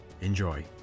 Enjoy